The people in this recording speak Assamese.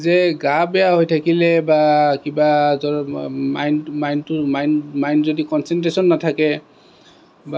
যে গা বেয়া হৈ থাকিলে বা কিবা মাইণ্ড মাইণ্ড মাইণ্ড যদি কঞ্চেনট্ৰেচন নাথাকে